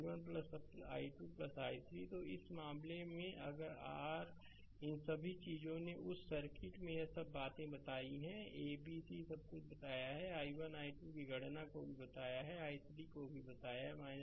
slide समय देखें 3004 तो इस मामले में आर इन सभी चीजों ने उस सर्किट में यह सब बातें बताई हैं a b c सब कुछ बताया और i1 i2 की गणना को भी बताया i3 को भी बताया 075